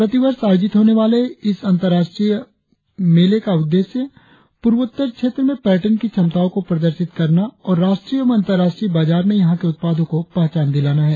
प्रतिवर्ष आयोजित होने वाले इस अंतर्राष्ट्रीय मेले का उद्देश्य पूर्वोत्तर क्षेत्र में पर्यटन की क्षमताओं को प्रदर्शित करना और राष्ट्रीय एवं अंतर्राष्ट्रीय बाजार में यहां के उत्पादों को पहचान दिलाना है